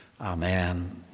Amen